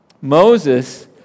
Moses